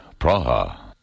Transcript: Praha